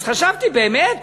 אז חשבתי: באמת,